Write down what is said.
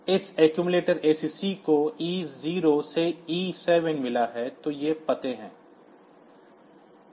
इस accumulator ACC को E0 से E7 मिला है ये पते हैं